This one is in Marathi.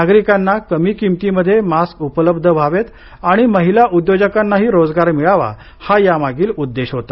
नागरिकांना कमी किमतीमध्ये मास्क उपलब्ध व्हावेत आणि महिला उद्योजकांनाही रोजगार मिळावा हा यामागील उद्देश होता